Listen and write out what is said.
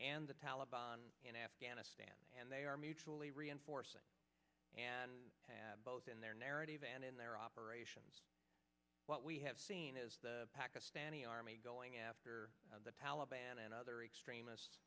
and the taleban in afghanistan and they are mutually reinforcing and have both in their narrative and in their operations what we have seen is the pakistani army going after the taliban and other extrem